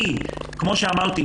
כפי שאמרתי,